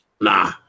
Nah